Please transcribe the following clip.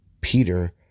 Peter